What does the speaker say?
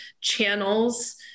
channels